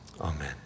amen